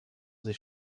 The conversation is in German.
sie